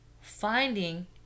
finding